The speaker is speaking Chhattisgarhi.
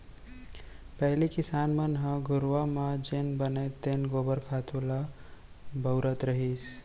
पहिली किसान मन ह घुरूवा म जेन बनय तेन गोबर खातू ल बउरत रहिस